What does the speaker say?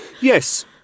Yes